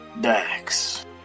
Dax